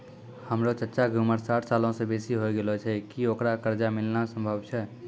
हमरो चच्चा के उमर साठ सालो से बेसी होय गेलो छै, कि ओकरा कर्जा मिलनाय सम्भव छै?